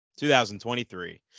2023